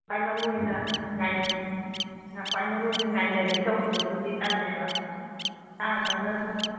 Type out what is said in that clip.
ꯈ꯭ꯋꯥꯏ ꯃꯔꯨ ꯑꯣꯏꯅ ꯑꯥ ꯈ꯭ꯋꯥꯏ ꯃꯔꯨ ꯑꯣꯏꯅ ꯉꯥꯏꯅꯕꯤ ꯇꯧꯕꯗꯣ ꯑꯗꯨꯗꯤ ꯇꯜꯂꯦꯕ ꯏꯁꯥꯅ ꯈꯪꯅ